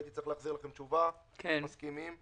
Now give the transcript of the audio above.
הייתי צריך להחזיר לכם תשובה על זה, אז מסכימים.